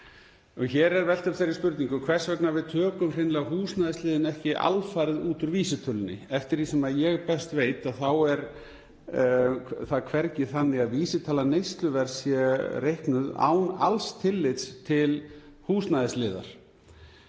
Hér er velt upp þeirri spurningu hvers vegna við tökum hreinlega húsnæðisliðinn ekki alfarið út úr vísitölunni. Eftir því sem ég best veit þá er það hvergi þannig að vísitala neysluverðs sé reiknuð án alls tillits til húsnæðisliðar.